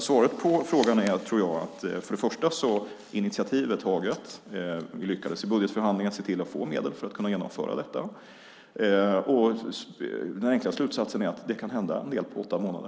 Svaret på frågan är först och främst att initiativ är taget. Vi lyckades i budgetförhandlingen se till att få medel för att kunna genomföra detta. Den enkla slutsatsen är att det kan hända en del på åtta månader.